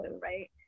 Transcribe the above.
right